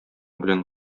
белән